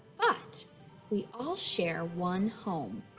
but we all share one home,